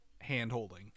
hand-holding